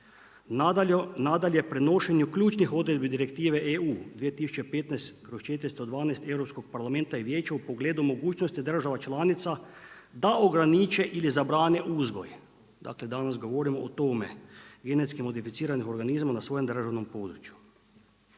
Nadalje, prenošenje ključnih odredbi Direktive EU 2015/412 Europskog parlamenta i Vijeća u pogledu mogućnosti država članica da ograniče ili zabrane uzgoj. Dakle danas govorimo o tome, GMO-u na svojem državnom području.